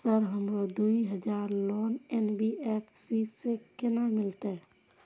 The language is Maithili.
सर हमरो दूय हजार लोन एन.बी.एफ.सी से केना मिलते?